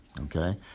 Okay